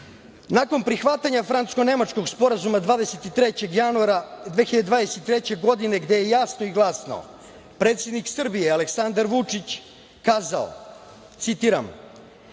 Nakon prihvatanja francusko-nemačkog sporazuma 23. januara 2023. godine, gde je jasno i glasno predsednik Srbije Aleksandar Vučić kazao, citiram: